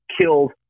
killed